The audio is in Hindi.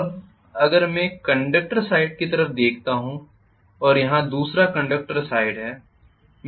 अब अगर मैं एक कंडक्टर साइड की तरफ देखता हूँ और यहाँ दूसरा कंडक्टर साइड है